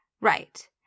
Right